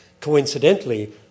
coincidentally